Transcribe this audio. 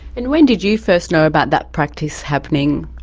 and when did you first know about that practice happening?